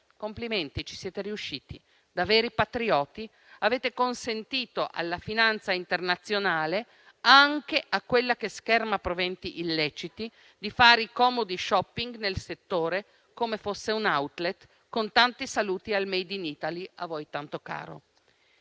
Complimenti, ci siete riusciti: da veri patrioti, avete consentito alla finanza internazionale, anche a quella che scherma proventi illeciti, di fare comodi *shopping* nel settore come fosse un *outlet*, con tanti saluti al *made in Italy* a voi tanto caro.